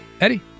Eddie